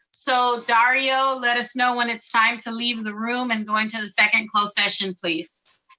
so dario, let us know when it's time to leave the room and go into the second closed session please.